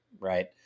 right